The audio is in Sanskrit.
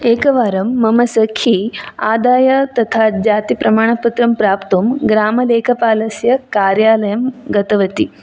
एक वारं मम सखी आदाय तथा जाति प्रमाणपत्रं प्राप्तुं ग्रामलेखपालस्य कार्यालयं गतवती